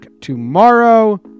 tomorrow